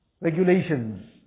regulations